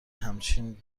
همچنین